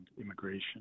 immigration